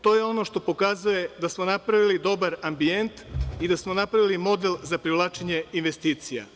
To je ono što pokazuje da smo napravili dobar ambijent i da smo napravili model za privlačenje investicija.